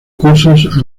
cursos